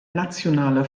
nationale